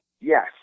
yes